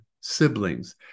siblings